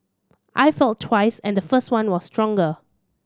I felt twice and the first one was stronger